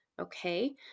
Okay